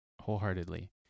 wholeheartedly